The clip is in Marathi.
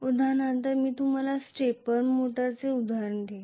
उदाहरणार्थ मी तुम्हाला स्टेपर मोटरचे उदाहरण देईन